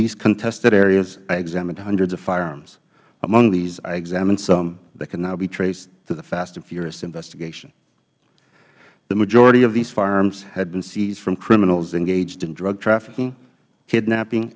these contested areas i examined hundreds of firearms among these i examined some that can now be traced to the fast and furious investigation the majority of these firearms had been seized from criminals engaged in drug trafficking kidnapping